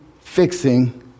fixing